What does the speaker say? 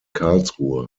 karlsruhe